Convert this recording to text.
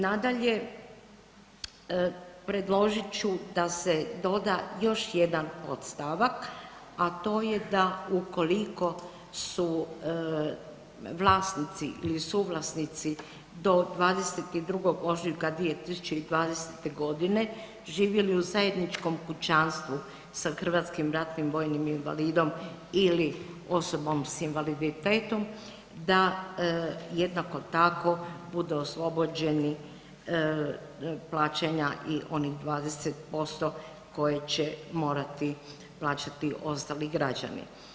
Nadalje, predložit ću da se doda još jedan podstavak, a to je da ukoliko su vlasnici ili suvlasnici do 22. ožujka 2020. godine živjeli u zajedničkom kućanstvu sa hrvatskim ratnim vojnim invalidom ili osobom s invaliditetom da jednako tako budu oslobođeni plaćanja i onih 20% koje će morati plaćati ostali građani.